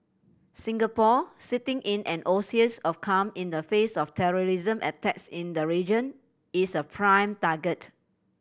Singapore sitting in an oasis of calm in the face of terrorism attacks in the region is a prime target